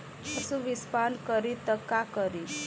पशु विषपान करी त का करी?